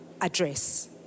address